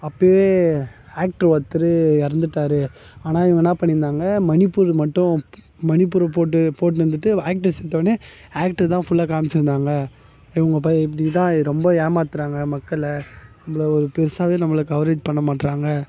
அப்போயே ஆக்டர் ஒருத்தர் இறந்துட்டாரு ஆனால் இவங்க என்ன பண்ணியிருந்தாங்க மணிப்பூர் மட்டும் மணிப்பூர் போட்டு போட்டுன்னு வந்துட்டு ஆக்டர்ஸ் செத்தவன்னே ஆக்டர் தான் ஃபுல்லாக காமிச்சிருந்தாங்க இவங்க ப இப்படிதான் ரொம்ப ஏமாற்றுறாங்க மக்களை நம்மள ஒரு பெருசாகவே நம்மளை கவரேஜ் பண்ணமாட்டுறாங்க